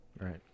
Right